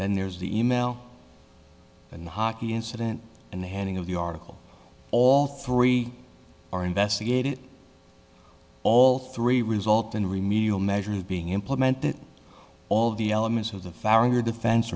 then there's the e mail and the hockey incident and the handing of the article all three are investigated all three result in remedial measures being implemented all of the elements of the faragher defense